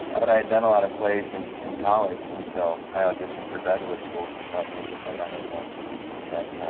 but i had done a lot of plays and in college, and so i auditioned for graduate schools and thought maybe if i got in one that